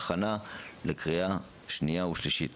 של חה"כ אחמד טיבי - הכנה לקריאה שנייה ושלישית.